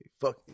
fuck